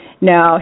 Now